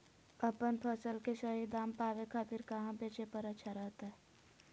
अपन फसल के सही दाम पावे खातिर कहां बेचे पर अच्छा रहतय?